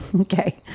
Okay